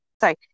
sorry